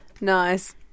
Nice